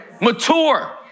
Mature